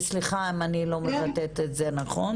וסליחה אם אני לא מבטאת את זה נכון.